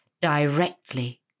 directly